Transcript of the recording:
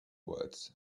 words